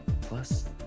Plus